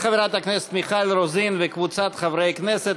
מיכל רוזין וקבוצת חברי הכנסת.